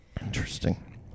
Interesting